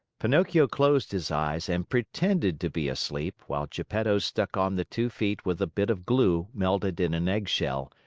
pinocchio closed his eyes and pretended to be asleep, while geppetto stuck on the two feet with a bit of glue melted in an eggshell,